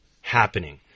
happening